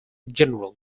general